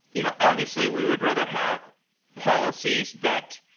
you know obviously, we would rather have policies that